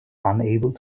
unable